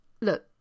Look